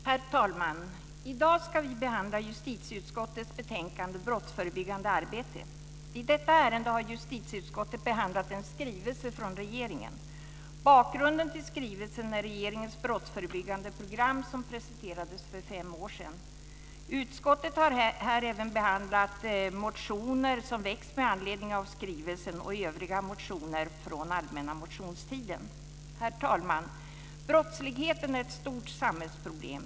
Herr talman! I dag ska vi behandla justitieutskottets betänkande Brottsförebyggande arbete. I detta ärende har justitieutskottet behandlat en skrivelse från regeringen. Bakgrunden till skrivelsen är regeringens brottsförebyggande program som presenterades för fem år sedan. Utskottet har här även behandlat motioner som väckts med anledning av skrivelsen och övriga motioner från allmänna motionstiden. Herr talman! Brottsligheten är ett stort samhällsproblem.